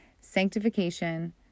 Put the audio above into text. sanctification